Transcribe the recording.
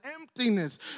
emptiness